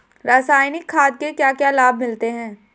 रसायनिक खाद के क्या क्या लाभ मिलते हैं?